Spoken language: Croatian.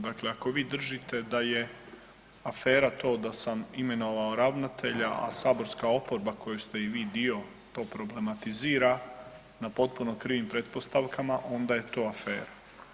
Dakle, ako vi držite da je afera to da sam imenovao ravnatelja, a saborska oporba koje ste i vi dio to problematizira na potpuno krivim pretpostavkama onda je to afera.